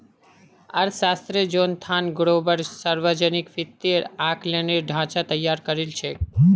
अर्थशास्त्री Jonathan Gruber सावर्जनिक वित्तेर आँकलनेर ढाँचा तैयार करील छेक